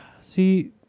See